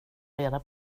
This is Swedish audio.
reda